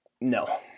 No